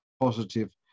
positive